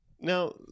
now